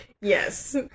Yes